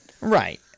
Right